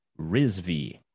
Rizvi